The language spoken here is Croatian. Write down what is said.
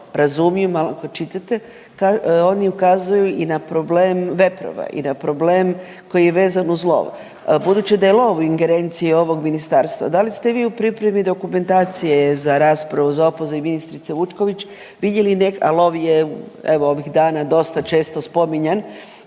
razumiju, malo kad čitate, oni ukazuje i na problem veprova i na problem koji je vezan uz lov. Budući da je lov u ingerenciji ovog ministarstva, da li ste vi u pripremi dokumentacije za raspravu za opoziv ministrice Vučković vidjeli, a lov je evo ovih dana dosta često spominjan,